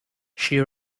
she